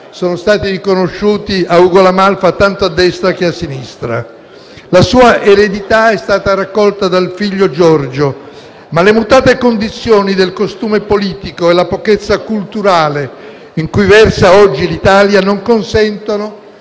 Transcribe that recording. sono stati riconosciuti a Ugo La Malfa tanto a destra come a sinistra. La sua eredità è stata raccolta dal figlio Giorgio, ma le mutate condizioni del costume politico e la pochezza culturale in cui versa oggi l'Italia non consentono